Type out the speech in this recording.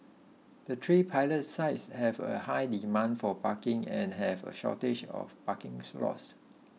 the three pilot sites have a high demand for parking and have a shortage of parkings lots